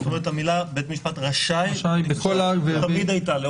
זאת אומרת שהמילה "בית המשפט רשאי" תמיד הייתה?